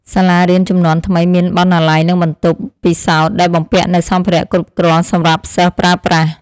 សាលារៀនជំនាន់ថ្មីមានបណ្ណាល័យនិងបន្ទប់ពិសោធន៍ដែលបំពាក់នូវសម្ភារៈគ្រប់គ្រាន់សម្រាប់សិស្សប្រើប្រាស់។